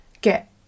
get